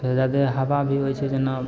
जादे हवा भी होइ छै जेना